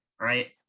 right